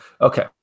Okay